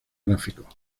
gráficos